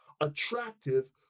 Attractive